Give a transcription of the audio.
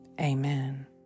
Amen